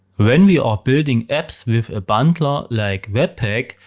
when we are building apps with a bundler, like webpack,